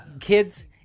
kids